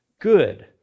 good